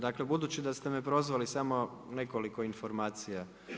Dakle, budući da ste me prozvali, samo nekoliko informacija.